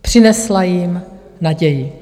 Přinesla jim naději.